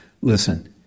listen